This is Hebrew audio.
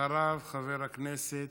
אחריו, חבר הכנסת